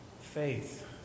faith